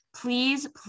please